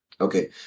okay